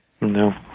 No